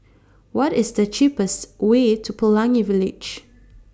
What IS The cheapest Way to Pelangi Village